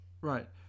Right